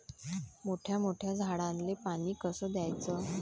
मोठ्या मोठ्या झाडांले पानी कस द्याचं?